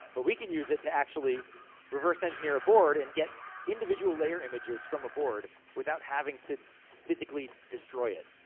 but we could use it to actually reverse engineer a board, and get individual layer images from a board, without having to physically destroy it.